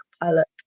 pilot